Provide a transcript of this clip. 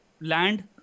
land